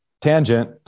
tangent